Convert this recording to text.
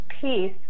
peace